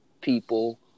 people